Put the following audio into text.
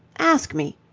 ask me!